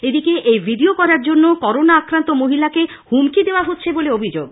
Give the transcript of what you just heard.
এদিকে ওই ভিডিও করার জন্য করোনা আক্রান্ত মহিলাকে হুমকি দেওয়া হচ্ছে বলে অভিযোগ